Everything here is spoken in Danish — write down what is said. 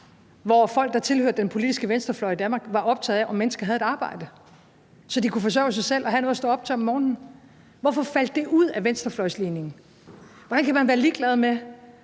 hvor folk, der tilhørte den politiske venstrefløj i Danmark, var optaget af, om mennesker havde et arbejde, så de kunne forsørge sig selv og have noget at stå op til om morgenen. Hvorfor faldt det ud af venstrefløjsligningen? Hvordan kan man være ligeglad med,